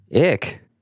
Ick